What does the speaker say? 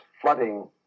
flooding